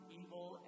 evil